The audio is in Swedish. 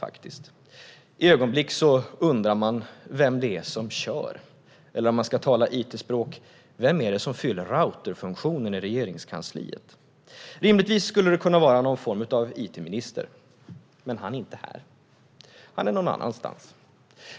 Vissa ögonblick undrar man vem det är som kör. Eller om man ska tala it-språk: Vem är det som fyller routerfunktionen i Regeringskansliet? Det skulle rimligtvis vara någon form av it-minister. Men han är inte här. Han är någon annanstans.